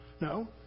No